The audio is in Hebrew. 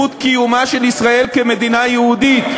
של זכות קיומה של ישראל כמדינה יהודית.